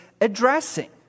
addressing